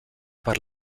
per